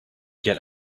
get